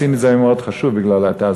סינית זה היום מאוד חשוב בגלל התעסוקה.